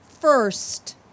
first